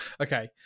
Okay